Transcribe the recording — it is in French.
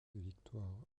victoire